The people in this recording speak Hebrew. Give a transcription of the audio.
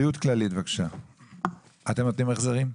בריאות כללית, בבקשה, אתם נותנים החזרים?